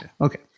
Okay